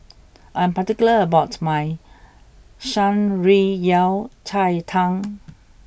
I am particular about my Shan Rui Yao Cai Tang